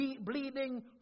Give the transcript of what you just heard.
bleeding